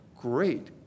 great